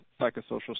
psychosocial